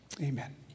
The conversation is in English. Amen